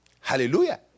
Hallelujah